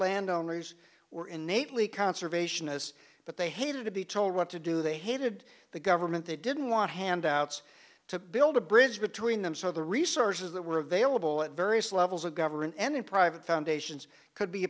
landowners were innately conservationists but they hated to be told what to do they hated the government they didn't want handouts to build a bridge between them so the resources that were available at various levels of government and private foundations could be